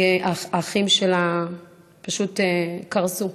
האחים שלה פשוט קרסו,